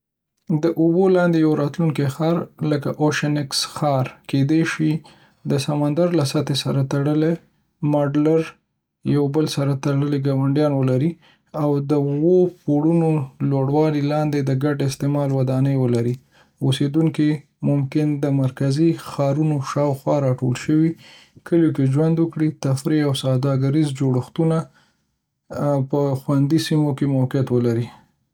د اوبو لاندې یو راتلونکي ښار، لکه اوشینیکس ښار، کېدای شي د سمندر له سطحې سره تړلي ماډلر، یو بل سره تړلي ګاونډیان ولري، د اوو پوړونو لوړوالي لاندې د ګډ استعمال ودانۍ ولري. اوسیدونکي ممکن د مرکزي بندرونو شاوخوا راټول شوي کلیو کې ژوند وکړي، تفریحي او سوداګریز جوړښتونه په خوندي سیمو کې موقعیت ولري.